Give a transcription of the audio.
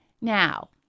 Now